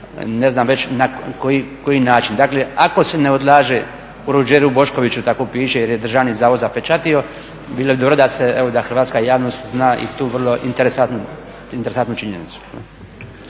ne znam već na koji način. Dakle, ako se ne odlaže u Ruđeru Boškoviću tako piše jer je državni zavod zapečatio bilo bi dobro da se, evo da hrvatska javnost zna i tu vrlo interesantnu činjenicu.